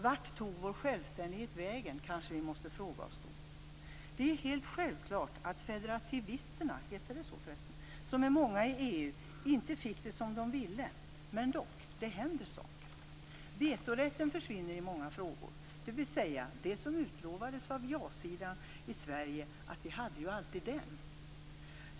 Vart tog vår självständighet vägen? måste vi då kanske fråga oss. Det är helt självklart att federativisterna - om det nu heter så - som är många i EU, inte fick som de ville. Det händer dock saker. Vetorätten försvinner i många frågor, dvs. det som utlovades av ja-sidan i Sverige - vi hade ju alltid den.